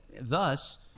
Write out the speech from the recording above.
thus